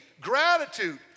Gratitude